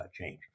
change